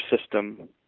system